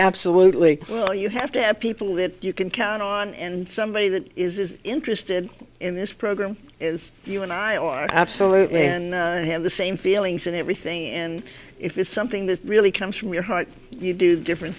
absolutely well you have to have people that you can count on and somebody that is interested in this program is you and i are absolutely and i have the same feelings and everything and it's something that really comes from your heart you do different